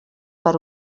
per